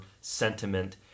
sentiment